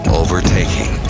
overtaking